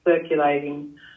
circulating